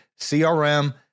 CRM